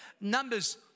Numbers